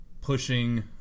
pushing